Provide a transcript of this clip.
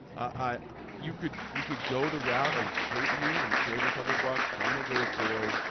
ah you could you could go the route of tape here and save a couple of bucks but i'm going to go with boyd.